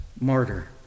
martyr